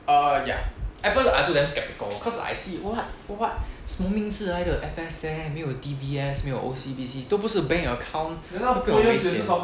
uh ya at first I also damn skeptical cause I see what what 什么名字来的 F_S_N 没有 D_B_S 没有 O_C_B_C 都不是 bank account 会不会很危险